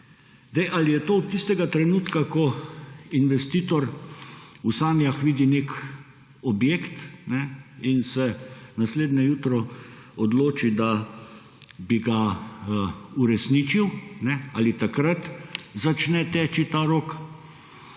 Ali je to od tistega trenutka, ko investitor v sanjah vidi nek objekt in se naslednje jutro odloči, da bi ga uresničil, ali takrat začne teči ta rok